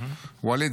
ווליד,